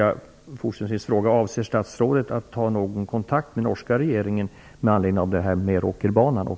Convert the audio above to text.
Avser statsrådet att ta någon kontakt med den norska regeringen med anledning av